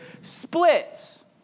splits